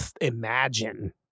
imagine